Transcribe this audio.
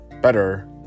better